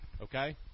okay